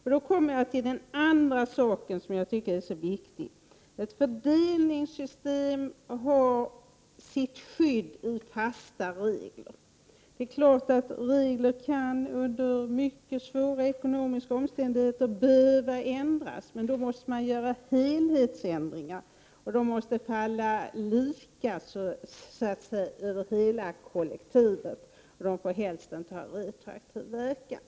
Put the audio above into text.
Jag kommer då till den andra sak som jag tycker är viktig: Ett fördelningssystem har sitt skydd i fasta regler. Det är klart att regler under mycket svåra ekonomiska omständigheter kan behöva ändras, men då måste man göra helhetsändringar, och de måste utfalla lika för hela kollektivet och får helst inte ha retroaktiv verkan.